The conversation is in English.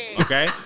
Okay